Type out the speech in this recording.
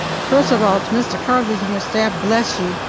first of all to mr. cartlidge and your staff, bless you